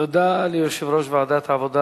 תודה ליושב-ראש ועדת העבודה,